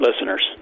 listeners